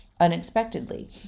unexpectedly